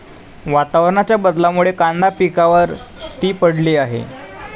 वातावरणाच्या बदलामुळे कांदा पिकावर ती पडली आहे